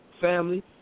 family